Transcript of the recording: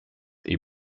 est